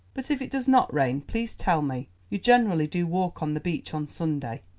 but if it does not rain please tell me. you generally do walk on the beach on sunday.